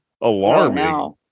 alarming